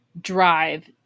drive